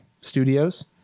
studios